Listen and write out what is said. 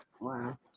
Wow